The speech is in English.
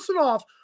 off